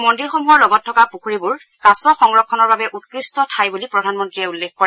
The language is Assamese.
মন্দিৰসমূহৰ লগত থকা পুখুৰীবোৰ কাছ সংৰক্ষণৰ বাবে উৎকষ্ট ঠাই বুলি প্ৰধানমন্ত্ৰীয়ে উল্লেখ কৰে